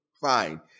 fine